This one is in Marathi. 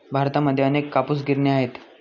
भारतामध्ये अनेक कापूस गिरण्या आहेत